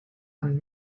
and